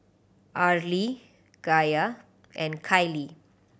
Arlie Gaye and Kylie